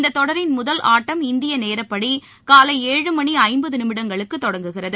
இந்தத் தொடரின் முதல் ஆட்டம் இந்திய நேரப்படி காலை ஏழு மணி ஐம்பது நிமிடங்களுக்கு தொடங்குகிறது